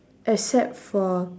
except for